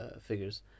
figures